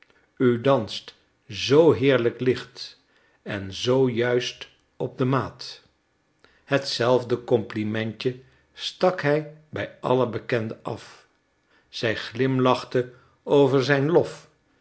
u danst zoo heerlijk licht en zoo juist op de maat hetzelfde complimentje stak hij bij alle bekenden af zij glimlachte over zijn lof